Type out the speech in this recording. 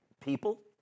people